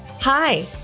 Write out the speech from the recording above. Hi